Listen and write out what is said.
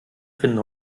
finden